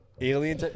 Alien